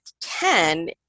ten